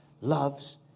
loves